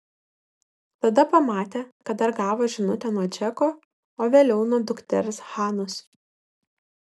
tada pamatė kad dar gavo žinutę nuo džeko o vėliau nuo dukters hanos